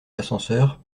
l’ascenseur